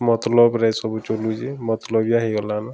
ମତ୍ଲବ୍ରେ ସବୁ ଚଲୁଚେ ମତ୍ଲବିଆ ହେଇଗଲାନ